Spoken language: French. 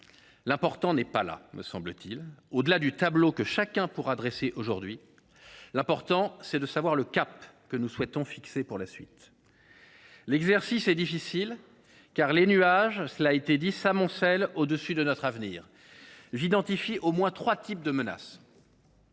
L’important n’est pas là, me semble t il. Au delà du tableau que chacun pourra dresser aujourd’hui, il importe de déterminer le cap que nous souhaitons fixer pour la suite. L’exercice est difficile, car les nuages s’amoncellent au dessus de notre avenir. J’identifie au moins trois types de menaces.